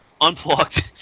Unplugged